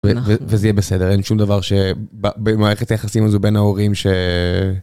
וזה יהיה בסדר אין שום דבר שבמערכת היחסים הזה בין ההורים.